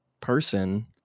person